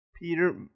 Peter